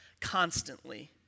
constantly